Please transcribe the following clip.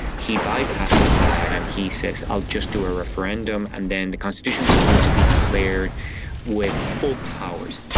he bypasses that and he says i'll just do a referendum and then the constitution is going to be declared with full powers.